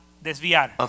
desviar